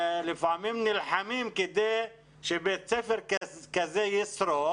לפעמים נלחמים כדי שבית ספר כזה ישרוד